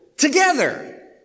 Together